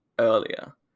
earlier